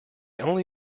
only